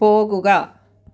പോകുക